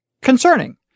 concerning